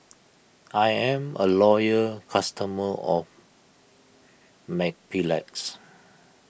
I'm a loyal customer of Mepilex